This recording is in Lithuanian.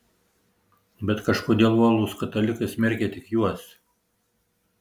bet kažkodėl uolūs katalikai smerkia tik juos